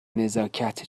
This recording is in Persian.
نزاکت